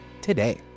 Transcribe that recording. today